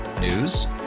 News